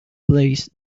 place